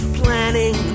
planning